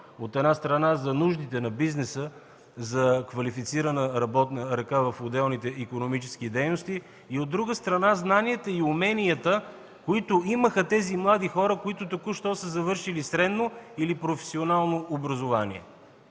От една страна, за нуждите на бизнеса за квалифицирана работна ръка в отделните икономически дейности, и от друга – знанията и уменията, които тези млади хора имаха, които току-що са завършили средно или професионално образование.